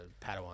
Padawan